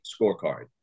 scorecard